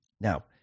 Now